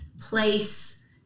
place